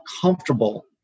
comfortable